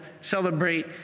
celebrate